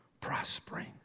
prospering